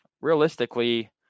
realistically